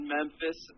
Memphis